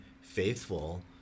faithful